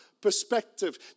perspective